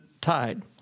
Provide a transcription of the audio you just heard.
tide